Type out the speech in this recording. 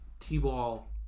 T-ball